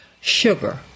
sugar